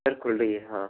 sir खोल देंगे हाँ